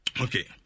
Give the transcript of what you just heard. Okay